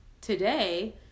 today